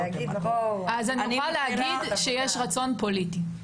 אני יכולה להגיד שיש רצון פוליטי.